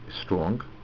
strong